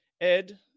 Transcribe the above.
Ed